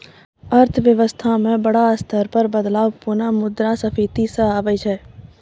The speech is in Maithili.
अर्थव्यवस्था म बड़ा स्तर पर बदलाव पुनः मुद्रा स्फीती स आबै छै